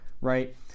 right